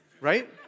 Right